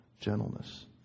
gentleness